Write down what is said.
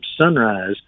Sunrise